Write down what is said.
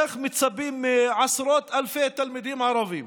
איך מצפים מעשרות אלפי תלמידים ערבים